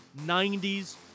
90s